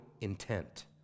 intent